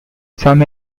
some